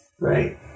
right